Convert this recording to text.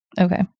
Okay